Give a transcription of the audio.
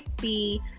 see